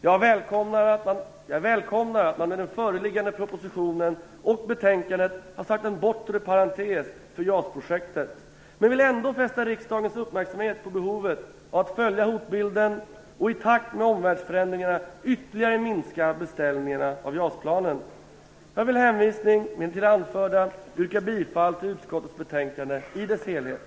Jag välkomnar att man med föreliggande proposition och betänkande har satt en bortre parentes för JAS-projektet, men jag vill ändå fästa riksdagens uppmärksamhet på behovet av att följa hotbilden och i takt med omvärldsförändringar ytterligare minska beställningarna av JAS-planen. Med hänvisning till det anförda yrkar jag bifall till utskottets hemställan i dess helhet.